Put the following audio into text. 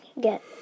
get